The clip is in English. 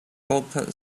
opens